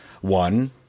one